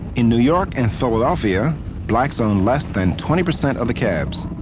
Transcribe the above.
in new york and philadelphia blacks own less than twenty percent of the cabs.